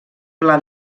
pla